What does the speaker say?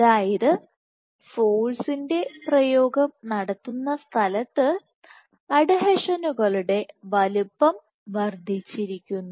അതായത് ഫോഴ്സിൻറെ പ്രയോഗം നടത്തുന്ന സ്ഥലത്ത് അഡ്ഹീഷനുകളുടെ വലുപ്പം വർദ്ധിച്ചിരിക്കുന്നു